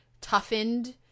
toughened